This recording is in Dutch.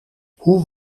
hoe